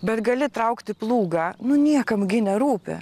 bet gali traukti plūgą nu niekam nerūpi